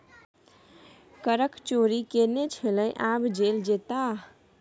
करक चोरि केने छलय आब जेल जेताह